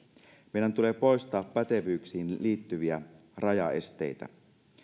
meidän tulee poistaa pätevyyksiin liittyviä rajaesteitä